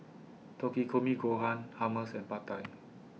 Takikomi Gohan Hummus and Pad Thai